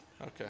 Okay